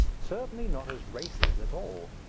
certainly not as races at all.